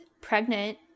pregnant